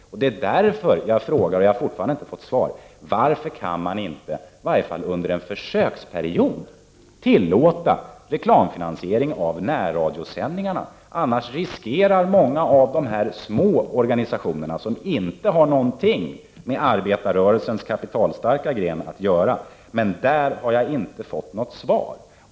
Därför skall jag upprepa den fråga som jag fortfarande inte har fått något svar på: Varför kan man inte, i varje fall under en försöksperiod, tillåta reklamfinansiering av närradiosändningarna? Om inte detta tillåts finns det risk att många av de små organisationerna som inte har någonting med arbetarrörelsens kapitalstarka grenar att göra inte klarar sig. På den punkten har jag inte fått något svar.